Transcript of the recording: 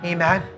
Amen